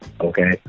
okay